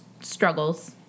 struggles